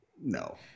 No